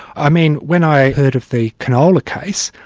i mean when i heard of the canola case,